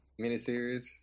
miniseries